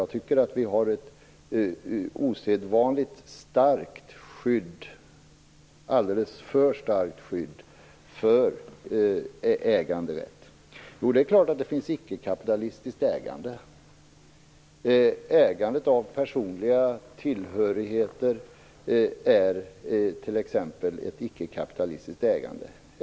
Jag tycker att vi har ett osedvanligt starkt skydd, ett alldeles för starkt skydd, för äganderätten. Det är klart att det finns icke-kapitalistiskt ägande. Ägandet av personliga tillhörigheter är t.ex. ett ickekapitalistiskt ägande.